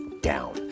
down